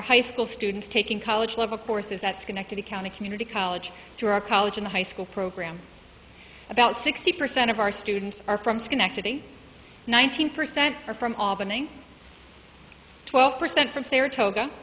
are high school students taking college level courses at schenectady county community college through our college and high school program about sixty percent of our students are from schenectady one thousand percent are from albany twelve percent from saratoga